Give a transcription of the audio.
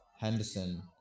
Henderson